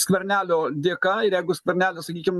skvernelio dėka ir jeigu skvernelis sakykim